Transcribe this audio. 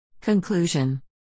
Conclusion